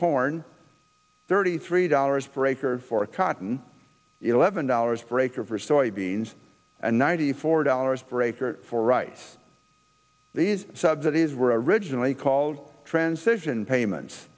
corn thirty three dollars breaker for cotton eleven dollars breaker for soybeans and ninety four dollars for a cure for rice these subsidies were originally called transition payments